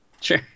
Sure